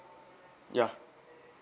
ya